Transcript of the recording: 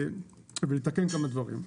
ולתקן כמה דברים.